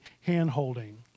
hand-holding